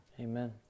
Amen